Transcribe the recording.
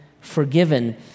forgiven